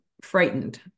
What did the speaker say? frightened